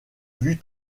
vue